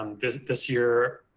um this year.